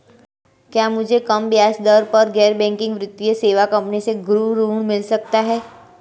क्या मुझे कम ब्याज दर पर गैर बैंकिंग वित्तीय सेवा कंपनी से गृह ऋण मिल सकता है?